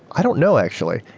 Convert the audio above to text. i don't know actually.